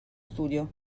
studio